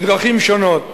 בדרכים שונות.